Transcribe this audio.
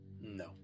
No